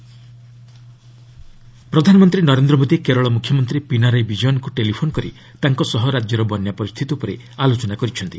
PM Kerala CM ପ୍ରଧାନମନ୍ତ୍ରୀ ନରେନ୍ଦ୍ର ମୋଦି କେରଳ ମୁଖ୍ୟମନ୍ତ୍ରୀ ପିନାରାଇ ବିଜୟନ୍ଙ୍କୁ ଟେଲିଫୋନ୍ କରି ତାଙ୍କ ସହ ରାଜ୍ୟର ବନ୍ୟା ପରିସ୍ଥିତି ଉପରେ ଆଲୋଚନା କରିଛନ୍ତି